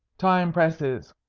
time presses,